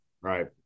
Right